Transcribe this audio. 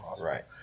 Right